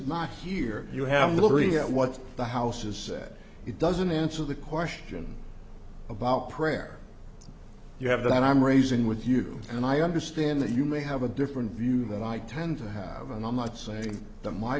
not here you have literally what the house is said it doesn't answer the question about prayer you have that i'm raising with you and i understand that you may have a different view than i tend to have and i'm not saying that my